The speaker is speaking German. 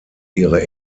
ihre